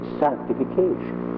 sanctification